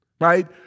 Right